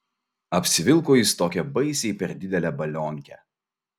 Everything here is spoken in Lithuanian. apsivilko jis tokią baisiai per didelę balionkę